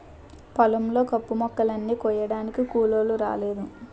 పొలం లో కంపుమొక్కలని కొయ్యడానికి కూలోలు రాలేదు